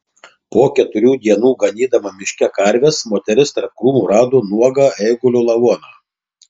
po keturių dienų ganydama miške karves moteris tarp krūmų rado nuogą eigulio lavoną